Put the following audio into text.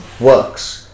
works